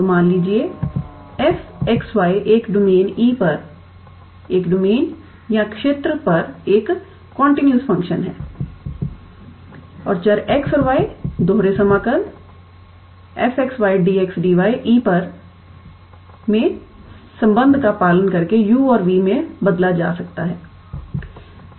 तो मान लीजिए f 𝑥 𝑦 एक डोमेन E पर एक डोमेन या क्षेत्र पर एक कंटीन्यूअस फंक्शन हैं और चर x और y दोहरे समाकल E 𝑓𝑥 𝑦𝑑𝑥𝑑𝑦 में संबंध का पालन करके u और v में बदला जा सकता है